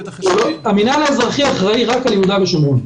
המנהל האזרחי אחראי רק על יהודה ושומרון,